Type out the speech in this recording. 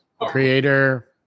creator